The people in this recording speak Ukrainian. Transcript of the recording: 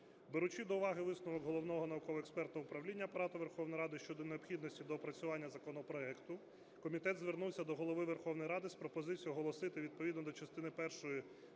Беручи до уваги висновок Головного науково-експертного управління Апарату Верховної Ради щодо необхідності доопрацювання законопроекту, комітет звернувся до Голови Верховної Радої з пропозицією оголосити відповідно до частини першої